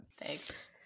thanks